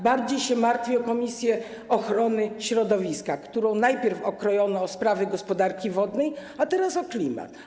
Bardziej się martwię o komisję ochrony środowiska, którą najpierw okrojono o sprawy gospodarki wodnej, a teraz o klimat.